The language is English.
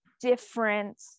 different